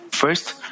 First